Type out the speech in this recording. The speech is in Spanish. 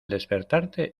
despertarte